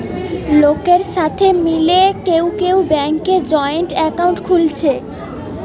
লোকের সাথে মিলে কেউ কেউ ব্যাংকে জয়েন্ট একাউন্ট খুলছে